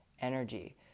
energy